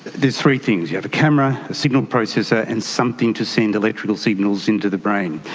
there's three things you have a camera, a signal processor and something to send electrical signals into the brain.